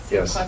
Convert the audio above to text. Yes